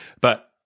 But-